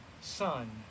Son